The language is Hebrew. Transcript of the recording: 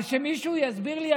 אבל שמישהו יסביר לי,